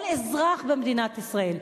כל אזרח במדינת ישראל,